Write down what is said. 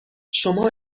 شما